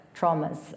traumas